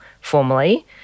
formally